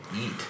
eat